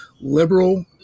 liberal